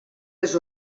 les